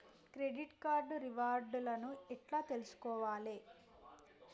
Credit card reward లను ఎట్ల తెలుసుకోవాలే?